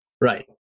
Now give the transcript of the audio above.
Right